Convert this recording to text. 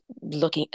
looking